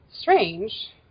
strange